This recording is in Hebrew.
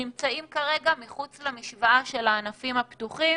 נמצאים כרגע מחוץ למשוואה של הענפים הפתוחים.